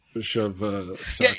shove